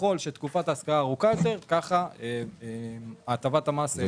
ככל שתקופת ההשכרה ארוכה יותר, כך גם הטבת המס.